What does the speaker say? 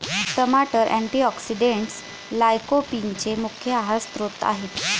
टमाटर अँटीऑक्सिडेंट्स लाइकोपीनचे मुख्य आहार स्त्रोत आहेत